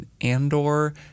Andor